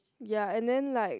ya and then like